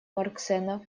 марксэна